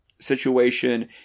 situation